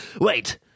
Wait